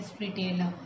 retailer